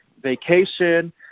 vacation